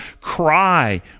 cry